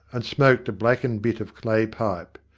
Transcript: and smoked a blackened bit of clay pipe.